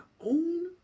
own